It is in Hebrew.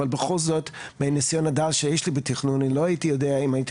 אבל בכל זאת מהניסיון הדל שיש לי בתכנון אני לא יודע הם הייתי